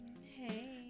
Hey